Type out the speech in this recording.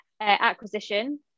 acquisition